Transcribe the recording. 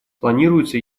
планируется